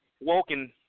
Woken